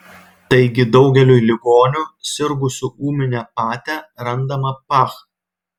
taigi daugeliui ligonių sirgusių ūmine pate randama pah